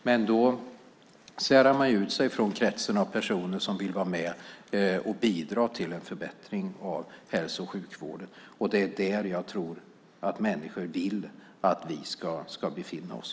Men då skiljer man ju ut sig från kretsen av personer som vill vara med och bidra till en förbättring av hälso och sjukvården, och det är där jag tror att människor vill att vi ska befinna oss.